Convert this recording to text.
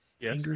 yes